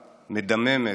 מדממת,